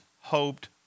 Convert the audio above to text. hoped